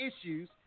issues